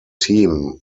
team